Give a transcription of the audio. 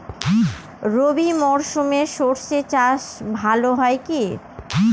রবি মরশুমে সর্ষে চাস ভালো হয় কি?